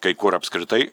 kai kur apskritai